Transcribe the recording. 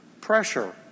pressure